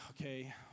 okay